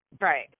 Right